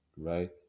right